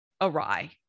awry